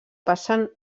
passen